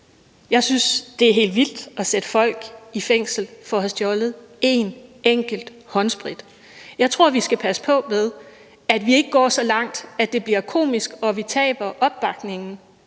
Jeg synes, det er helt vildt at sætte folk i fængsel for at have stjålet en enkelt håndsprit. Jeg tror, vi skal passe på med, at vi ikke går så langt, at det bliver komisk, og at vi taber opbakningen